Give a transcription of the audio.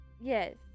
Yes